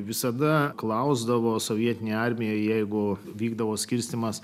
visada klausdavo sovietinė armija jeigu vykdavo skirstymas